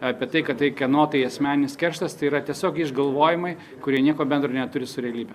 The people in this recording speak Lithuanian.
apie tai kad tai kieno tai asmeninis kerštas tai yra tiesiog išgalvojimai kurie nieko bendro neturi su realybe